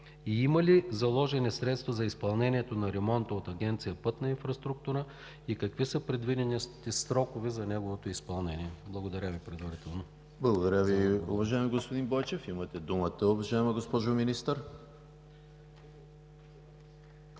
Има ли заложени средства за изпълнението на ремонта от Агенция „Пътна инфраструктура“? Какви са предвидените срокове за неговото изпълнение? Благодаря Ви предварително. ПРЕДСЕДАТЕЛ ЕМИЛ ХРИСТОВ: Благодаря Ви, уважаеми господин Бойчев. Имате думата, уважаема госпожо Министър.